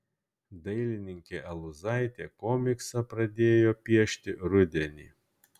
dailininkė aluzaitė komiksą pradėjo piešti rudenį